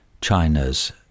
China's